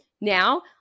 now